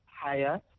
higher